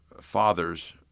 father's